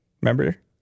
Remember